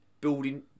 building